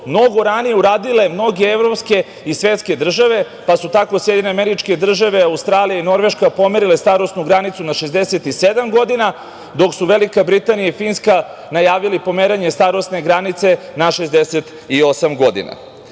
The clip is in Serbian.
mnogo ranije uradile mnoge evropske i svetske države, pa su tako SAD, Australija i Norveška pomerile starosnu granicu na 67 godina, dok su Velika Britanija i Finska najavile pomeranje starosne granice na 68 godina. Takođe,